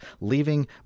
Leaving